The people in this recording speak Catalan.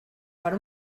per